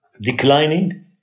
declining